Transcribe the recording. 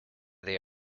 they